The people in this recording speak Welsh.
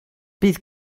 bydd